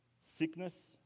Sickness